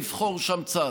לבחור שם צד.